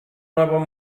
nuevos